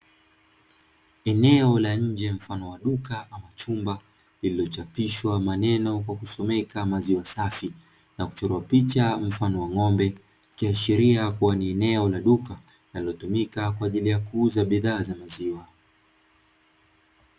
Eneo la nje mfano wa duka ama chumba lililochapishwa maneno kwa kusomeka maziwa safi, na kuchorwa picha mfano wa ng'ombe, ikiashiria kuwa ni eneo la duka linalotumika kwa ajili ya kuuza bidhaa za maziwa.